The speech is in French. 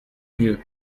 mieux